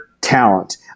talent